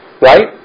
Right